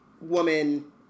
woman